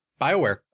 Bioware